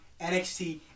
NXT